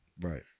right